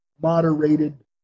moderated